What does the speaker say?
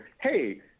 Hey